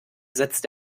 setzt